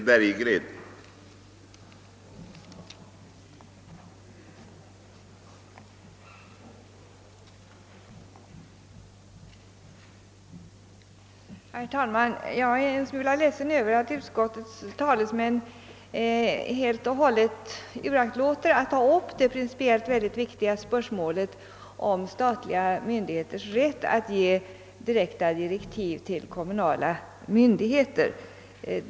Herr talman! Jag är en smula ledsen över att utskottsmajoritetens talesmän helt och hållet uraktlåtit att ta upp det principiellt mycket viktiga spörsmålet om statliga myndigheters rätt att ge di rekta direktiv till kommunala myndigheter.